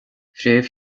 fréamh